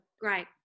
Great